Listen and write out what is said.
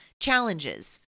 challenges